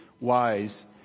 wise